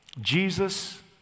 Jesus